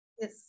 Yes